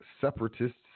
separatists